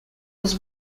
was